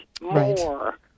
more